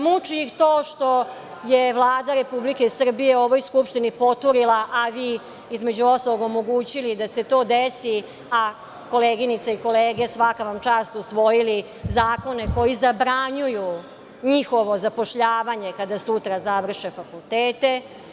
Muči ih to što je Vlada Republike Srbije ovoj Skupštini poturila, a vi između ostalog, omogućili da se to desi, a koleginice i kolege, svaka vam čast, usvojili zakone koji zabranjuju njihovo zapošljavanje kada sutra završe fakultete.